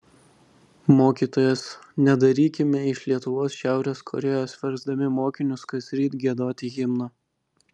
mokytojas nedarykime iš lietuvos šiaurės korėjos versdami mokinius kasryt giedoti himną